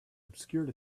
obscured